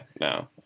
No